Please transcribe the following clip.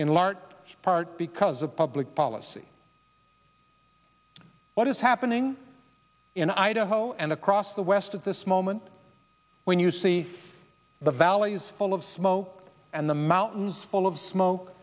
in large part because of public policy what is happening in idaho and across the west at this moment when you see the valleys full of smoke and the mountains full of smoke